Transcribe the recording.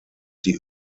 die